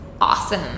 awesome